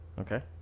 Okay